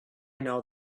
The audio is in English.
known